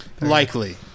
Likely